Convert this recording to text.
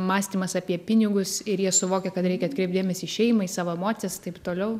mąstymas apie pinigus ir jie suvokia kad reikia atkreipt dėmesį į šeimą į savo emocijas taip toliau